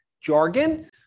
jargon